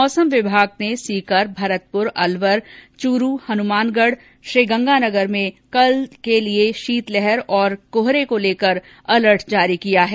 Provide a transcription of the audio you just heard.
मौसम विभाग ने सीकर भरतपुर अलवर च्रू हनुमानगढ़ श्रीगंगानगर में कल से लिये श्रीतलहर और कोहरे को लेकर अलर्ट जारी किया है